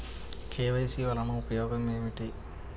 KYC వలన ఉపయోగం ఏమిటీ?